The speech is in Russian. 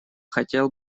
хотел